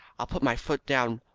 i'll put my foot down